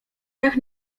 dach